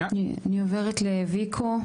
אני עוברת ל-ויקו,